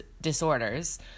disorders